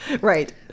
Right